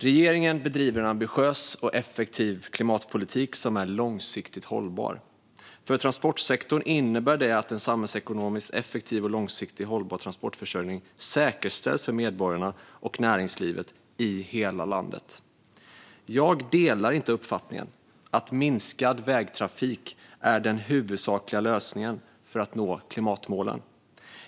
Regeringen bedriver en ambitiös och effektiv klimatpolitik som är långsiktigt hållbar. För transportsektorn innebär det att en samhällsekonomiskt effektiv och långsiktigt hållbar transportförsörjning säkerställs för medborgarna och näringslivet i hela landet. Jag delar inte uppfattningen att minskad vägtrafik är den huvudsakliga lösningen för att nå klimatmålen.